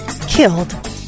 killed